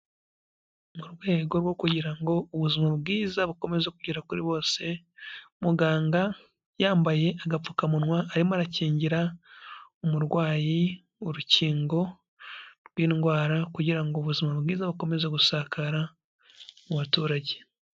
Mu rwego rwo kugira ngo ubuzima bwiza bukomeze kugera kuri bose, muganga yambaye agapfukamunwa arimo arakingira umurwayi urukingo rw'indwara, kugira ngo ubuzima bwiza bukomeze gusakara mu baturage.